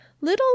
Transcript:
little